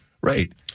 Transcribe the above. Right